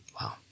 Wow